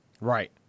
Right